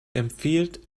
empfiehlt